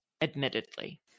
admittedly